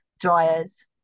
dryers